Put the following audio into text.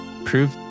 Prove